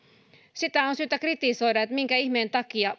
sitä on syytä kritisoida että minkä ihmeen takia